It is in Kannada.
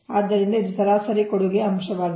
ಆದ್ದರಿಂದ ಇದು ಸರಾಸರಿ ಕೊಡುಗೆ ಅಂಶವಾಗಿದೆ